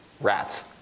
rats